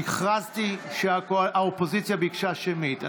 הכרזתי שהאופוזיציה ביקשה שמית.